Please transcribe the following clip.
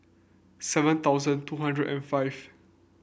seven thousand two hundred and five